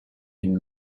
une